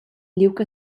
liug